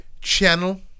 channel